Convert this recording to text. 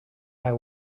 eye